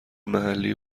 محلی